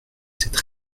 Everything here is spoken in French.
cette